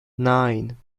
nine